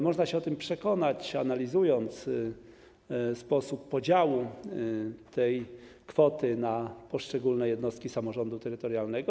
Można się o tym przekonać, analizując sposób podziału tej kwoty na poszczególne jednostki samorządu terytorialnego.